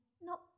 No